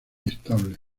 estable